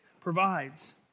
provides